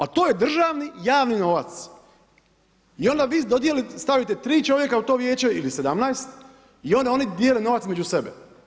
A to je državni javni novac i onda vi stavite tri čovjeka u to vijeće ili 17 i onda oni dijele novac između sebe.